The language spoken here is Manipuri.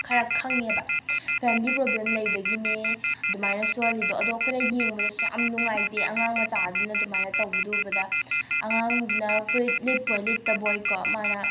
ꯈꯔ ꯈꯪꯉꯦꯕ ꯐꯦꯝꯂꯤ ꯄ꯭ꯔꯣꯕ꯭ꯂꯦꯝ ꯂꯩꯕꯒꯤꯅꯦ ꯑꯗꯨꯃꯥꯏꯅ ꯁꯨꯍꯜꯂꯤꯗꯣ ꯑꯗꯣ ꯑꯩꯈꯣꯏꯅ ꯌꯦꯡꯕꯗꯁꯨ ꯌꯥꯝ ꯅꯨꯡꯉꯥꯏꯇꯦ ꯑꯉꯥꯡ ꯃꯆꯥꯗꯨꯅ ꯑꯗꯨꯃꯥꯏꯅ ꯇꯧꯕꯗꯨ ꯎꯕꯗ ꯑꯉꯥꯡꯗꯨꯅ ꯐꯨꯔꯤꯠ ꯂꯤꯠꯄꯣꯏ ꯂꯤꯠꯇꯕꯣꯏ ꯀꯣ ꯃꯥꯅ